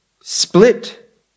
split